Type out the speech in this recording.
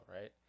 right